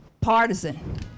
partisan